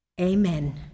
Amen